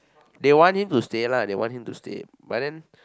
they want him to stay lah they want him to stay but then